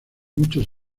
muchos